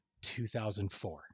2004